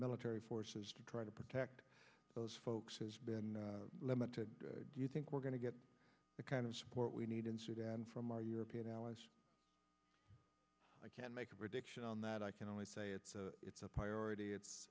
military forces to try to protect those folks has been limited do you think we're going to get the kind of what we need in sudan from our european allies i can make a prediction on that i can only say it's a it's a priority